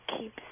keep